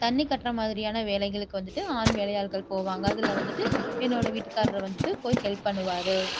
தண்ணி கட்டுகிற மாதிரியான வேலைகளுக்கு வந்துட்டு ஆண் வேலை ஆள்கள் போவாங்க அதில் வந்துட்டு என்னோடய வீட்டுக்காரர் வந்துட்டு போய் ஹெல்ப் பண்ணுவார்